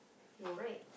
no right